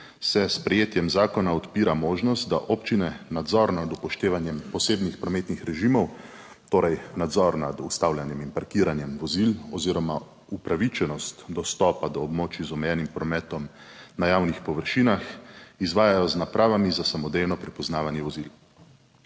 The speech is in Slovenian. se s sprejetjem zakona odpira možnost, da občine nadzor nad upoštevanjem posebnih prometnih režimov, torej nadzor nad ustavljanjem in parkiranjem vozil oziroma upravičenost dostopa do območij z omejenim prometom na javnih površinah izvajajo z napravami za samodejno prepoznavanje vozil.